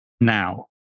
now